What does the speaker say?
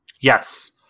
Yes